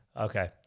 Okay